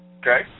Okay